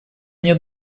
мне